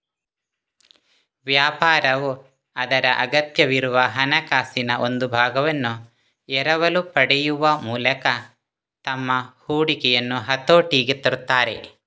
ವ್ಯಾಪಾರವು ಅದರ ಅಗತ್ಯವಿರುವ ಹಣಕಾಸಿನ ಒಂದು ಭಾಗವನ್ನು ಎರವಲು ಪಡೆಯುವ ಮೂಲಕ ತಮ್ಮ ಹೂಡಿಕೆಯನ್ನು ಹತೋಟಿಗೆ ತರುತ್ತಾರೆ